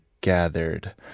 gathered